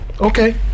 Okay